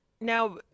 Now